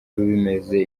bimeze